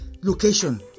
location